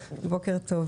בוקר טוב.